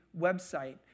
website